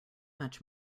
much